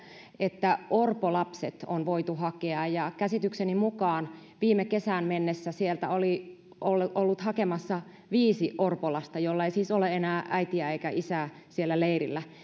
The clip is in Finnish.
että orpolapset on voitu hakea ja käsitykseni mukaan viime kesään mennessä sieltä oli oltu hakemassa viisi orpolasta joilla ei siis ole enää äitiä eikä isää siellä leirillä